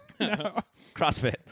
Crossfit